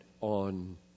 on